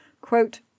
Quote